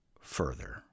further